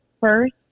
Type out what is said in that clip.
first